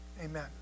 Amen